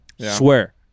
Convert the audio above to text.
Swear